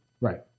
Right